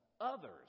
others